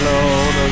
Lord